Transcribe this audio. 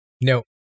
no